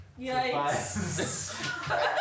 Yikes